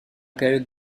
période